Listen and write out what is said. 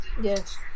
yes